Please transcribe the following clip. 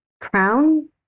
crown